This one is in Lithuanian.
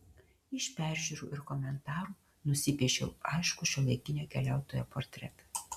iš peržiūrų ir komentarų nusipiešiau aiškų šiuolaikinio keliautojo portretą